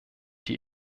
die